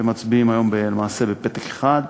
שבה מצביעים היום למעשה בפתק אחד,